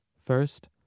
First